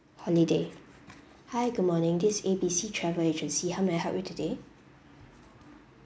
holiday hi good morning this A B C travel agency how may I help you today